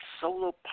solo